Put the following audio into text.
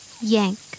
yank